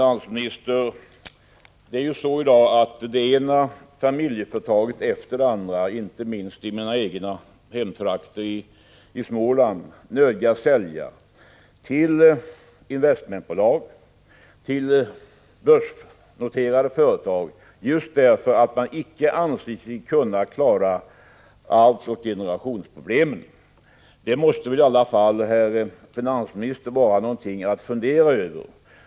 Herr talman! I dag nödgas det ena familjeföretaget efter det andra, inte minst i mina hemtrakter i Småland, överlåta sig till investmentbolag och börsnoterade företag därför att de inte anser sig kunna klara arvsoch generationsskiftesproblemen. Det måste väl ändå, herr finansminister, vara något att fundera över.